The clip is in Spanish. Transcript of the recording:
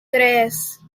tres